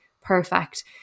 perfect